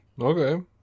Okay